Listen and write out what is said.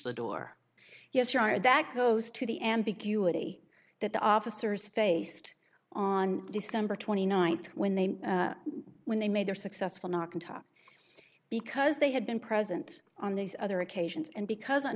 the door yes you are that goes to the ambiguity that the officers faced on december twenty ninth when they when they made their successful knock on top because they had been present on these other occasions and because on